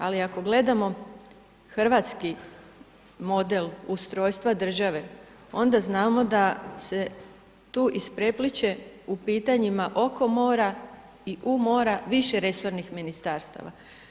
Ali ako gledamo hrvatski model ustrojstva države onda znamo da se tu isprepliće u pitanjima oko mora i u mora više resornih ministarstava.